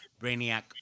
brainiac